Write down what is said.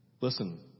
Listen